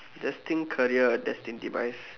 destined career destined demise